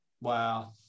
Wow